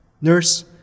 Nurse